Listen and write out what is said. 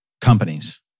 companies